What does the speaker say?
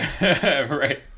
Right